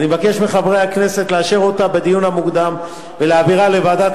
ואני מבקש מחברי הכנסת לאשר אותה בדיון המוקדם ולהעבירה לוועדת